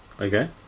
Okay